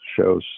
shows